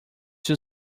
two